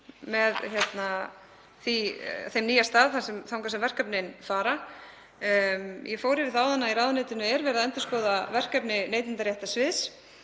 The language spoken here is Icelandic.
með þeim nýja stað þangað sem verkefnin fara. Ég fór yfir það áðan að í ráðuneytinu er verið að endurskoða verkefni neytendaréttarsviðs